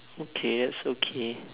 okay that's okay